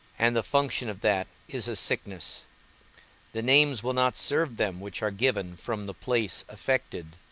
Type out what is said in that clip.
and the function of that, is a sickness the names will not serve them which are given from the place affected,